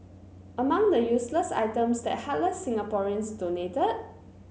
among the useless items that heartless Singaporeans donated